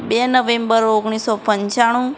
બે નવેમ્બર ઓગણીસસો પંચાણું